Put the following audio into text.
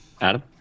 adam